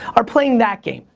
are playing that game.